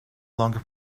longer